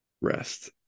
rest